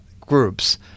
groups